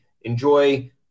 Enjoy